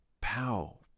pow